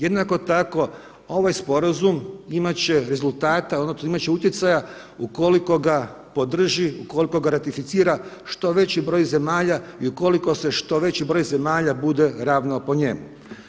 Jednako tako ovaj sporazum imat će rezultata, odnosno imat će utjecaja ukoliko ga podrži, ukoliko ga ratificira što veći broj zemalja i ukoliko se što veći broj zemalja bude ravnao po njemu.